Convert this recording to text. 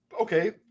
Okay